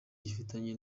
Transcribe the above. gifitanye